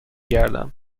گردم